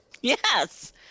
Yes